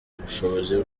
ubushobozi